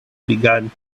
began